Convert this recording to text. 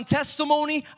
testimony